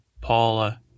Paula